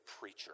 preacher